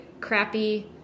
crappy